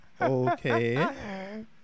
okay